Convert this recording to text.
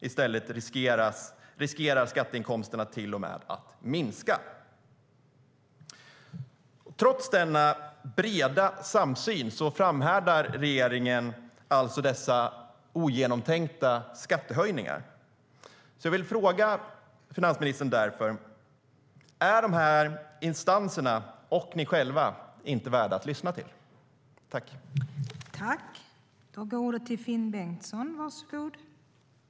I stället riskerar skatteinkomsterna till och med att minska.